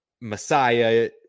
Messiah